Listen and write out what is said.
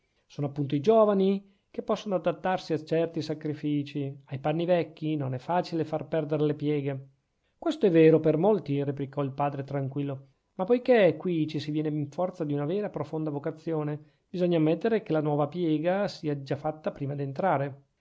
sono appunto i giovani che possono adattarsi a certi sacrifizi ai panni vecchi non è facile far perdere le pieghe questo è vero per molti replicò il padre tranquillo ma poichè qui ci si viene in forza di una vera e profonda vocazione bisogna ammettere che la nuova piega sia già fatta prima d'entrare